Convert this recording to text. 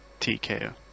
TKO